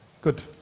good